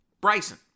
Bryson